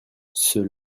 ceux